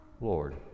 Lord